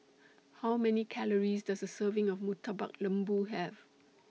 How Many Calories Does A Serving of Murtabak Lembu Have